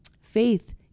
faith